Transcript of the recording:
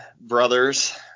brothers